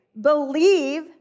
Believe